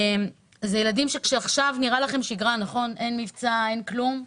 עכשיו זה נראה לכם שגרה, שאין מבצע, שאין כלום,